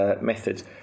methods